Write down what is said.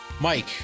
Mike